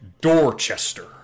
Dorchester